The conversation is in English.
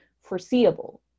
foreseeable